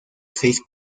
seis